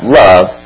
love